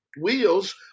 wheels